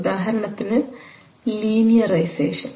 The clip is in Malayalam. ഉദാഹരണത്തിന് ലീനിയറൈസേഷൻ